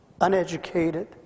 Uneducated